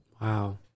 Wow